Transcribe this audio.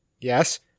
Yes